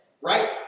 Right